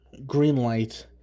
greenlight